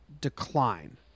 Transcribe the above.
decline